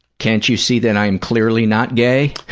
can't you see that i am clearly not gay?